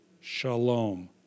Shalom